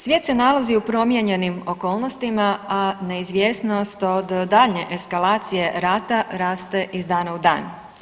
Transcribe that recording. Svijet se nalazi u promijenjenim odnosima, a neizvjesnost od daljnje eskalacije rata raste iz dana u dan.